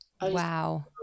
wow